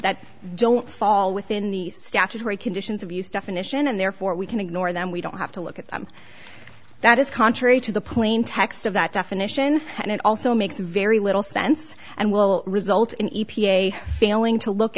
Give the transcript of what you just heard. that don't fall within the statutory conditions of use definition and therefore we can ignore them we don't have to look at them that is contrary to the plain text of that definition and it also makes very little sense and will result in e p a failing to look